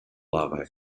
larvae